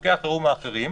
בחוקי החירום האחרים,